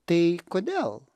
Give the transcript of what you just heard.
tai kodėl